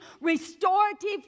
restorative